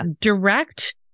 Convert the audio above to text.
direct